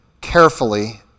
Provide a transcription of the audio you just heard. carefully